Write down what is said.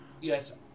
Yes